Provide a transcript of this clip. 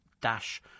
dash